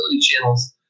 channels